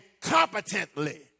competently